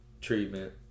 treatment